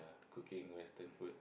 cooking western food